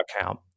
account